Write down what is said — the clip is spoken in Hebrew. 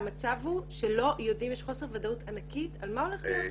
המצב הוא שיש חוסר ודאות ענקי לגבי מה שהולך להיות כאן.